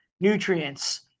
nutrients